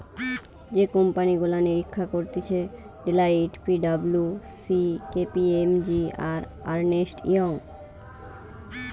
যে কোম্পানি গুলা নিরীক্ষা করতিছে Deloitte, P W C, K P M G, আর আর্নেস্ট ইয়ং